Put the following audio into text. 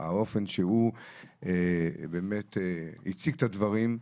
האופן שהוא באמת הציג את הדברים,